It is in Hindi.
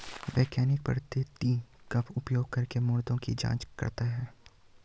वैज्ञानिक पद्धति का उपयोग करके मुद्दों की जांच करता है